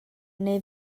neu